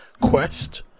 quest